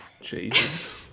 Jesus